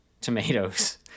tomatoes